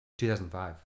2005